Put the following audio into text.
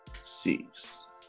Six